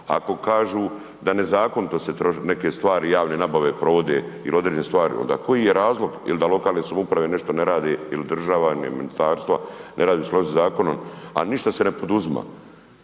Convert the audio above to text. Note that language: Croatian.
ako kažu da nezakonito se troše neke stvari, javne nabave provode ili određene stvari, onda koji je razlog, ili da lokalne samouprave nešto ne rade ili država, ministarstva ne rade u skladu sa zakonom, a ništa se ne poduzima.